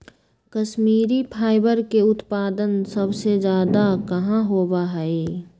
Kashmiri fibre के उत्पादन सबसे ज्यादा कहाँ होबा हई?